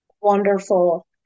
Wonderful